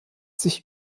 sich